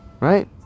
Right